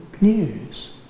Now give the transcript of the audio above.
news